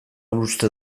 uste